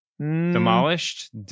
Demolished